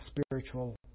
spiritual